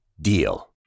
DEAL